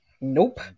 Nope